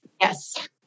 Yes